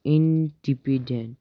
independent